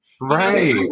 right